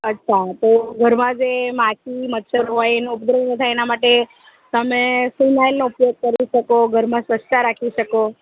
અચ્છા તો ઘરમાં જે માટી મચ્છર હોય ઓનો ઉપદ્રવ ન થાય એના માટે તમે ફિનાઈલનો ઉપયોગ કરી શકો ઘરમાં સ્વચ્છતા રાખી શકો